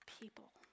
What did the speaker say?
people